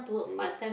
you work